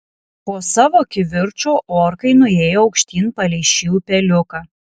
po savo kivirčo orkai nuėjo aukštyn palei šį upeliuką